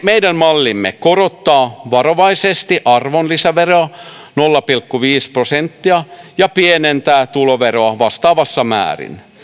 meidän mallimme korottaa varovaisesti arvonlisäveroa nolla pilkku viisi prosenttia ja pienentää tuloveroa vastaavassa määrin